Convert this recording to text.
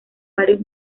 varios